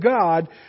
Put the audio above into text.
God